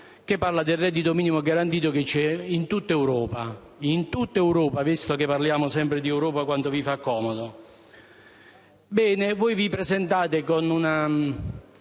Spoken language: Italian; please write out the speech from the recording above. riguardante il reddito minimo garantito, che c'è in tutta Europa (in tutta Europa, visto che parliamo sempre di Europa quando vi fa comodo). Bene, voi vi presentate con una